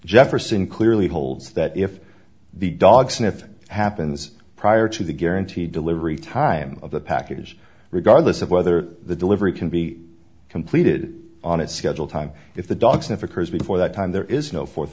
jefferson clearly holds that if the dog sniffing happens prior to the guaranteed delivery time of the package regardless of whether the delivery can be completed on its scheduled time if the dog sniff occurs before that time there is no